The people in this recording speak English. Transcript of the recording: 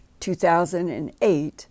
2008